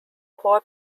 poor